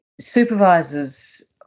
Supervisors